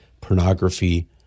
pornography